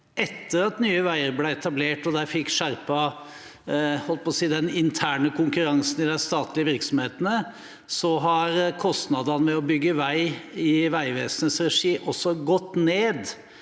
Etter at Nye veier ble etablert og en fikk skjerpet, jeg holdt på å si, den interne konkurransen i de statlige virksomhetene, har kostnadene ved å bygge vei i Vegvesenets regi også gått ned,